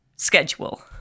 Schedule